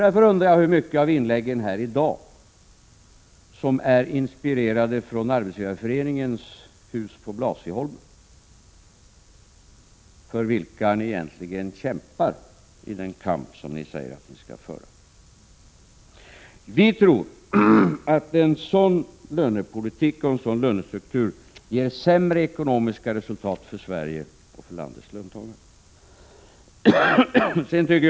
Därför undrar jag hur mycket av inläggen här i dag som är inspirerade från Arbetsgivareföreningens hus på Blasieholmen och vilka ni egentligen kämpar för i den kamp som ni säger att ni skall föra. Vi tror att en sådan lönepolitik och en sådan lönestruktur ger sämre ekonomiska resultat för Sverige och för landets löntagare.